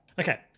Okay